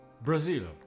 Brazil